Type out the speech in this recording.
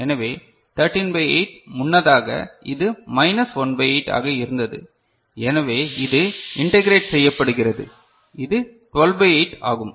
எனவே 13 பை 8 முன்னதாக இது மைனஸ் 1 பை 8 ஆக இருந்தது எனவே இது இன்டெக்கரேட் செய்யப்படுகிறது இது 12 பை 8 ஆகும்